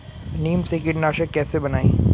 नीम से कीटनाशक कैसे बनाएं?